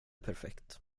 perfekt